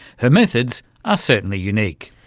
her methods are certainly unique.